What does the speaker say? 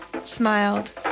smiled